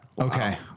Okay